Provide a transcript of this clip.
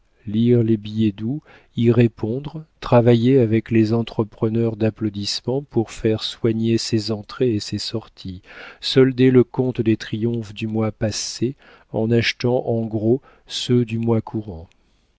les billets doux y répondre travailler avec les entrepreneurs d'applaudissements pour faire soigner ses entrées et ses sorties solder le compte des triomphes du mois passé en achetant en gros ceux du mois courant